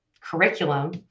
curriculum